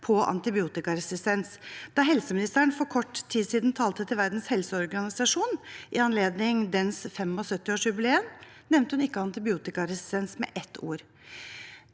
til antibiotikaresistens. Da helseministeren for kort tid siden talte til Verdens helseorganisasjon i anledning dens 75-årsjubileum, nevnte hun ikke antibiotikaresistens med ett ord.